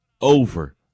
over